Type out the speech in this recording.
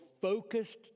focused